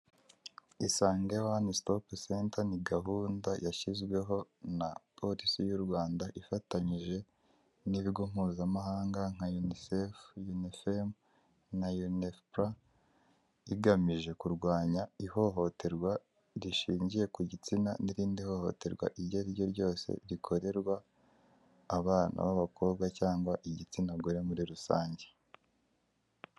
"ISANGE One Stop Centre" ni gahunda yashyizweho na Polisi y'u Rwanda ifatanyije n'ibigo mpuzamahanga nka "Unicef", "UNIFEM" na "UNFPRA" igamije kurwanya ihohoterwa rishingiye ku gitsina, n'irindi hohoterwa iryo ari ryo ryose rikorerwa abana b'abakobwa cyangwa igitsina gore muri rusange.